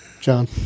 John